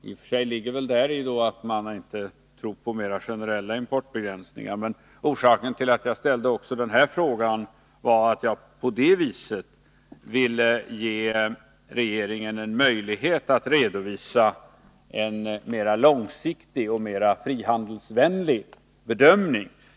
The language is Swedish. I och för sig ligger väl däri att han inte tror på mer generella importbegränsningar, men orsaken till att jag ställde också den här frågan var att jag på det viset ville ge regeringen en möjlighet att redovisa en mer långsiktig och mer frihandelsvänlig bedömning.